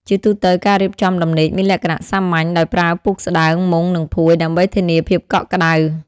ជាទូទៅ ការរៀបចំដំណេកមានលក្ខណៈ សាមញ្ញ ដោយប្រើពូកស្តើង មុង និងភួយ ដើម្បីធានាភាពកក់ក្តៅ។